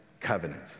covenant